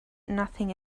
nothing